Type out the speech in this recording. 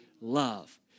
Love